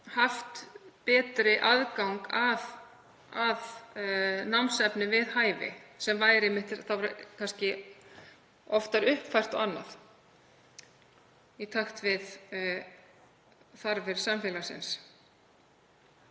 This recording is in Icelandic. haft betri aðgang að námsefni við hæfi sem væri oftar uppfært í takt við þarfir samfélagsins.